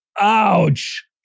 Ouch